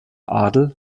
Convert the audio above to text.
adel